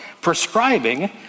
prescribing